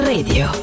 Radio